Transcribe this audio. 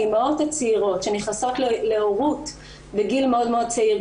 האימהות הצעירות שנכנסות להורות בגיל מאוד מאוד צעיר,